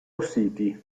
city